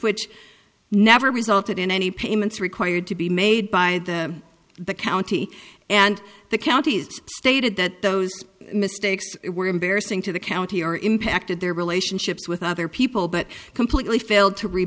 which never resulted in any payments required to be made by the county and the counties stated that those mistakes were embarrassing to the county or impacted their relationships with other people but completely failed to re